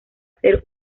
ser